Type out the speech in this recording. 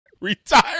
Retire